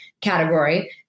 category